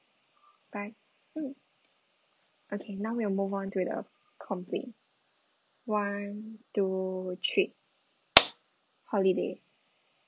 bye mm okay now we'll move on to the complaint one two three holiday